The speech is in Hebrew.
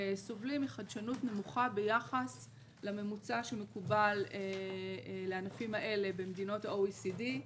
סובלים מחדשנות נמוכה ביחס לממוצע שמקובל לענפים האלה במדינות ה-OECD.